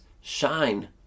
shine